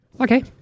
okay